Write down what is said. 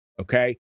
Okay